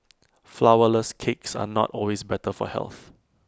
Flourless Cakes are not always better for health